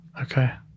Okay